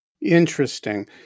Interesting